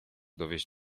dowieść